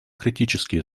критический